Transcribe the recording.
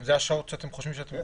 זה השעות שאתם חושבים שתוכלו?